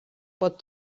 pot